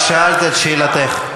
את שאלת את שאלתך.